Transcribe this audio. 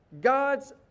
God's